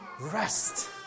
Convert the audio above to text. rest